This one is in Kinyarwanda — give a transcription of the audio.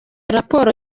raporo